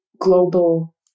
global